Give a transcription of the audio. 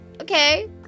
okay